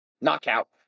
knockout